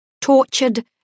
tortured